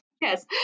Yes